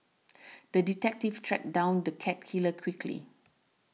the detective tracked down the cat killer quickly